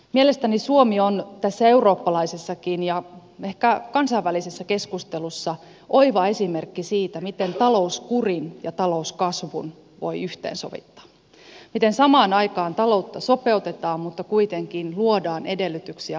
mielestäni suomi on tässä eurooppalaisessakin ja ehkä kansainvälisessäkin keskustelussa oiva esimerkki siitä miten talouskurin ja talouskasvun voi yhteensovittaa miten samaan aikaan taloutta sopeutetaan mutta kuitenkin luodaan edellytyksiä vahvemmalle kasvulle